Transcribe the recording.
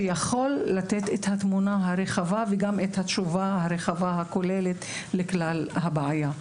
שיכול לתת את התמונה הרחבה וגם את התשובה הרחבה הכוללת לכלל הבעיה.